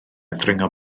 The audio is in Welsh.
ddringo